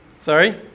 Sorry